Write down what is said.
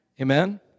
Amen